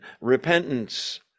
repentance